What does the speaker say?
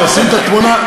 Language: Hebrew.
אני אשים את התמונה,